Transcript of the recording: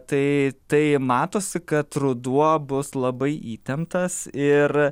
tai tai matosi kad ruduo bus labai įtemptas ir